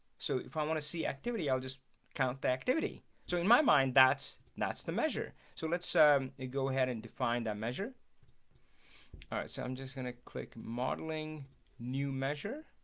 so if i want to see activity, i'll just count the activity so in my mind, that's that's the measure. so let's go ahead and define that measure ah so i'm just gonna click modeling new measure